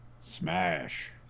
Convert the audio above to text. Smash